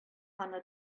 аны